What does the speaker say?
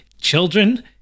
Children